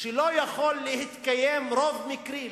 שלא יכול להתקיים רוב מקרי.